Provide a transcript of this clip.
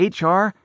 HR